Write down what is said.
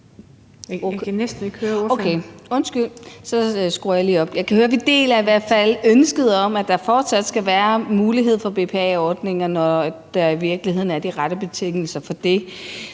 at vi i hvert fald deler ønsket om, at der fortsat skal være mulighed for BPA-ordningerne, og at der i virkeligheden er de rette betingelser for det.